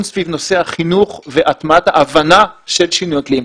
סביב נושא החינוך והטמעת ההבנה של שינוי אקלים.